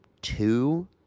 two